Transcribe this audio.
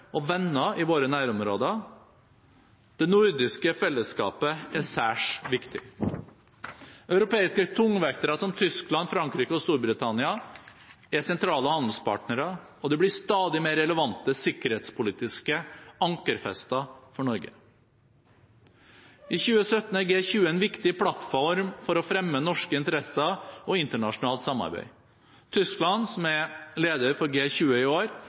og venner i våre nærområder. Det nordiske fellesskapet er særs viktig. Europeiske tungvektere som Tyskland, Frankrike og Storbritannia er sentrale handelspartnere, og de blir stadig mer relevante sikkerhetspolitiske ankerfester for Norge. I 2017 er G20 en viktig plattform for å fremme norske interesser og internasjonalt samarbeid. Tyskland, som er leder for G20 i år,